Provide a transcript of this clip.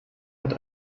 hat